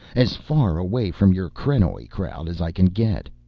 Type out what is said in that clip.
as far away from your krenoj crowd as i can get.